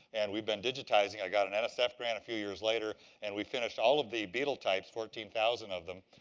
and we've been digitizing. i got an and nsf grant a few years later, and we finished all of the beetle types, fourteen thousand of them,